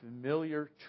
familiar